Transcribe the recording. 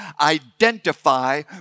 Identify